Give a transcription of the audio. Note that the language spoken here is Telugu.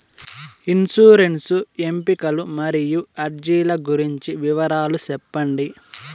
ఇన్సూరెన్సు ఎంపికలు మరియు అర్జీల గురించి వివరాలు సెప్పండి